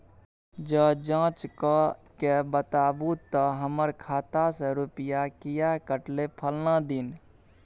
ज जॉंच कअ के बताबू त हमर खाता से रुपिया किये कटले फलना दिन?